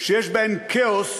שיש בהן כאוס,